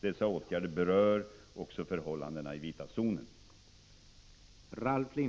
Dessa åtgärder berör också förhållandena i ”vita zonen”.